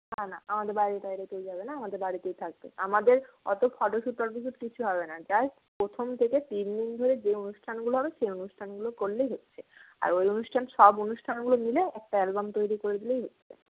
না না আমাদের বাড়ির বাইরে কেউ যাবে না আমাদের বাড়িতেই থাকবে আমাদের অত ফটো শ্যুট টটো শ্যুট কিছু হবে না জাস্ট প্রথম থেকে তিন দিন ধরে যে অনুষ্ঠানগুলো হবে সেই অনুষ্ঠানগুলো করলেই হচ্ছে আর ওই অনুষ্ঠান সব অনুষ্ঠানগুলো মিলে একটা অ্যালবাম তৈরি করে দিলেই হচ্ছে